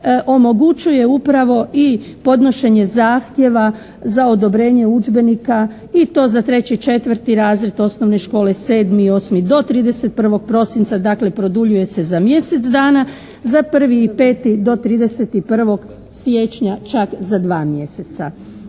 omogućuje upravo i podnošenje zahtjeva za odobrenje udžbenika i to za treći, četvrti razred osnovne škole, sedmi i osmi do 31. prosinca, dakle produljuje se za mjesec dana, za 1. i 5. do 31. siječnja čak za dva mjeseca.